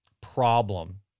problem